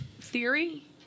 theory